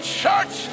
church